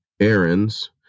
Errands